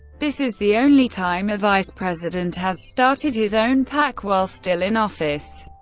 this is the only time a vice president has started his own pac while still in office.